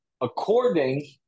according